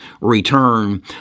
return